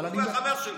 הוא והחבר שלו.